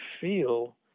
feel